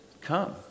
come